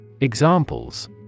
Examples